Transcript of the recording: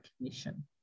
recognition